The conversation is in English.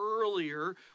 earlier